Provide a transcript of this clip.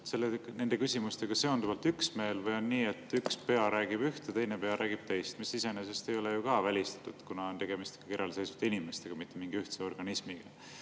nende küsimustega seonduvalt üksmeel või on nii, et üks pea räägib üht ja teine pea räägib teist. See iseenesest ei ole ju ka välistatud, kuna on tegemist ikkagi eraldiseisvate inimestega, mitte mingi ühtse organismiga.